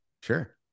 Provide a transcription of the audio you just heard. sure